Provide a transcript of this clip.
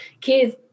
kids